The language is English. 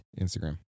Instagram